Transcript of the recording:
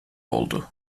oldu